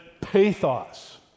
pathos